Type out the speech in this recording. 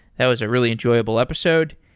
that was a really enjoyable episode.